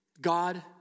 God